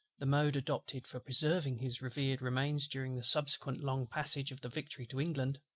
the mode adopted for preserving his revered remains during the subsequent long passage of the victory to england,